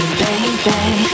baby